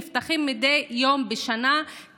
נפתחים מדי יום בשנה.